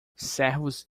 servos